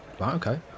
Okay